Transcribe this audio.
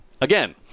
again